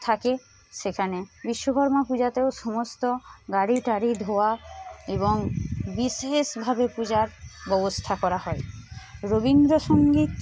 থাকে সেখানে বিশ্বকর্মা পুজাতেও সমস্ত গাড়ি টারি ধোয়া এবং বিশেষভাবে পূজার ব্যবস্থা করা হয় রবীন্দ্র সঙ্গীত